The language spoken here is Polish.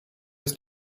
jest